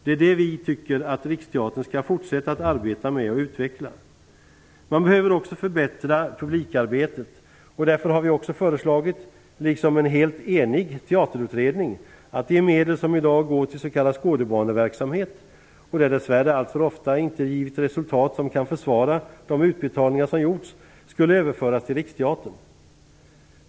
Det är detta vi tycker att Riksteatern skall fortsätta att arbeta med och utveckla. Man behöver också förbättra publikarbetet, och därför har vi, liksom en helt enig teaterutredning, föreslagit att de medel som i dag går till s.k. skådebaneverksamhet, och som dess värre alltför ofta inte har givit resultat som kan försvara de utbetalningar som gjorts, skulle överföras till Riksteatern.